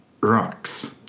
rocks